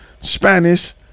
Spanish